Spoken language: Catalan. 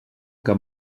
que